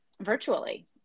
virtually